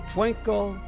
Twinkle